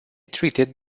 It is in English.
treated